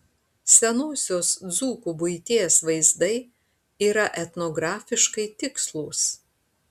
senosios dzūkų buities vaizdai yra etnografiškai tikslūs